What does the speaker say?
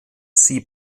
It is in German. sie